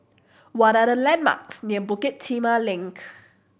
what are the landmarks near Bukit Timah Link